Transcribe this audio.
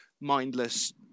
mindless